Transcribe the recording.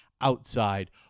outside